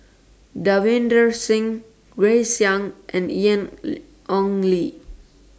Davinder Singh Grace Young and Ian Ong Li